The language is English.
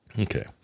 Okay